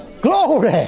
Glory